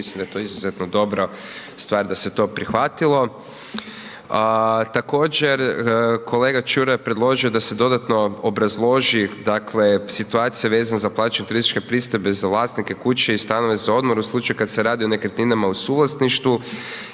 mislim da je to izuzetno dobra stvar da se to prihvatilo. Također kolega Čuraj je predložio da se dodatno obrazloži, dakle, situacija vezana za plaćanje turističke pristojbe za vlasnike kuće i stanove za odmor u slučaju kad se radi o nekretninama u suvlasništvu